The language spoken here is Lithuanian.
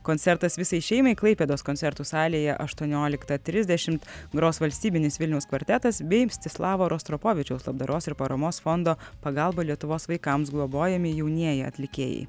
koncertas visai šeimai klaipėdos koncertų salėje aštuonioliktą trisdešim gros valstybinis vilniaus kvartetas bei mstislavo rostropovičiaus labdaros ir paramos fondo pagalba lietuvos vaikams globojami jaunieji atlikėjai